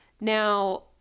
now